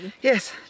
Yes